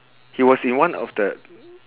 he was in one of the